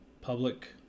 public